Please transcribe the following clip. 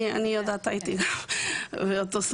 אני יודעת, הייתי באותו זמן.